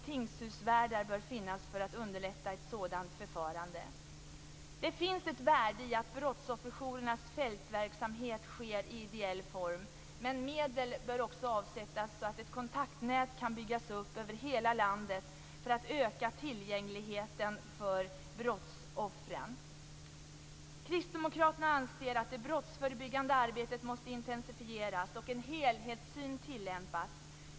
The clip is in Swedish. Tingshusvärdar bör finnas för att underlätta ett sådant förfarande. Det finns ett värde i att brottsofferjourernas fältverksamhet bedrivs i ideell form, men medel bör avsättas så att ett kontaktnät kan byggas upp över hela landet för att öka jourernas tillgänglighet för brottsoffren. Kristdemokraterna anser att det brottsförebyggande arbetet måste intensifieras och en helhetssyn tilllämpas.